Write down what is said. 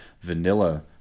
vanilla